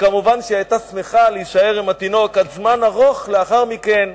וכמובן היתה שמחה להישאר עם התינוק עוד זמן ארוך לאחר מכן,